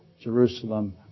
Jerusalem